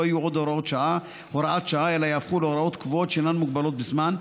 יהיו עוד הוראת שעה אלא יהפכו להוראות קבועות שאינן מוגבלות בזמן,